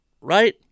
right